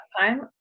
time